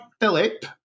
Philip